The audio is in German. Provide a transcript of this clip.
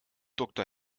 doktor